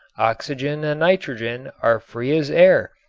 oxygen and nitrogen are free as air,